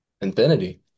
infinity